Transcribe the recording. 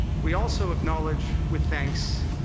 we also acknowledge, with thanks,